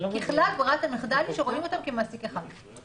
ככלל, ברירת המחדל היא שרואים אותם כמעסיק אחד.